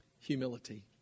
humility